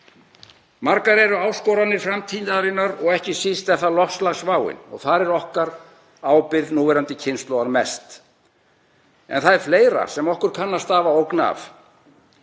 Margar eru áskoranir framtíðarinnar og ekki síst er það loftslagsváin og þar er okkar ábyrgð núverandi kynslóðar mest. En það er fleira sem okkur kann að stafa ógn af.